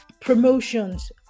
promotions